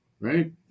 right